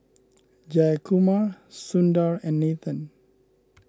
Jayakumar Sundar and Nathan